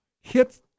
hit